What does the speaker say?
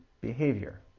behavior